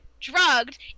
drugged